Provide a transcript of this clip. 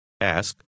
ask